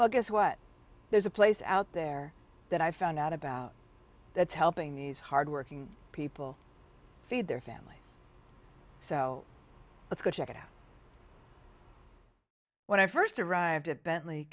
well guess what there's a place out there that i found out about that's helping these hardworking people feed their family so let's go check it out when i first arrived at bentley